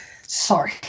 Sorry